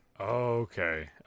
okay